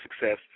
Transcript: success